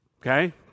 Okay